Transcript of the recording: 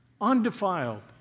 undefiled